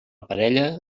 parella